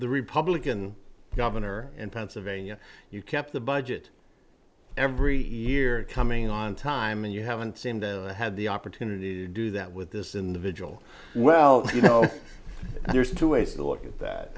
the republican governor in pennsylvania you kept the budget every year coming in on time and you haven't seemed to have the opportunity to do that with this individual well you know there's two ways to look at that